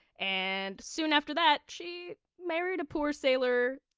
and soon after that she married a poor sailor,